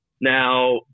Now